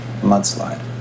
Mudslide